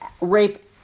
rape